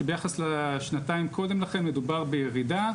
שביחס לשנתיים קודם לכן מדובר בירידה.